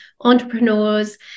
entrepreneurs